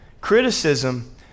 Criticism